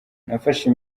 nafashe